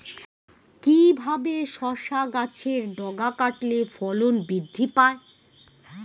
কিভাবে শসা গাছের ডগা কাটলে ফলন বৃদ্ধি পায়?